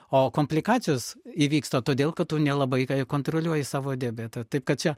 o komplikacijos įvyksta todėl kad tu nelabai kontroliuoji savo diabetą taip kad čia